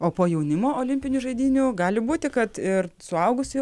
o po jaunimo olimpinių žaidynių gali būti kad ir suaugusiųjų